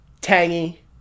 tangy